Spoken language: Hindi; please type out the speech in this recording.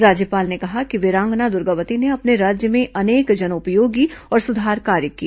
राज्यपाल ने कहा कि वीरांगना दुर्गावती ने अपने राज्य में अनेक जनपयोगी और सुधार कार्य किए